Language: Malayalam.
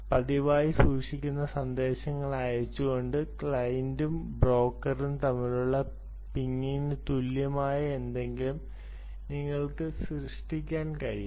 പതിവായി സൂക്ഷിക്കുന്ന സന്ദേശങ്ങൾ അയച്ചുകൊണ്ട് ക്ലയന്റും ബ്രോക്കറും തമ്മിലുള്ള പിംഗിന് തുല്യമായ എന്തെങ്കിലും നിങ്ങൾക്ക് സൃഷ്ടിക്കാൻ കഴിയും